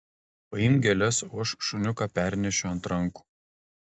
paimk gėles o aš šuniuką pernešiu ant rankų